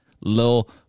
little